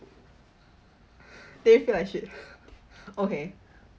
they feel like shit okay